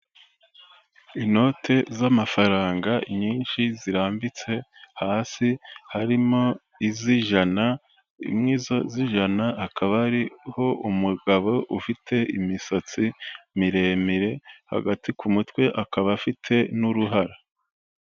Inote z'amafaranga nyinshi zirambitse hasi, harimo iz'ijana, mu izo z'ijana hakaba hariho umugabo ufite imisatsi miremire, hagati ku mutwe akaba afite n'uruhara.